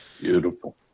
Beautiful